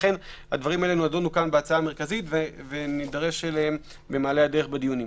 לכן הדברים יידונו כאן בהצעה המרכזית ונידרש אליהן בהמשך הדיונים.